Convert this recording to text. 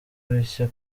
bishya